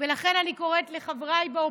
ולכן אני קוראת לחבריי באופוזיציה: